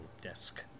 desk